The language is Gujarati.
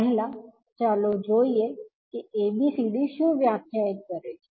પહેલા ચાલો જોઈએ કે ABCD શું વ્યાખ્યાયિત કરે છે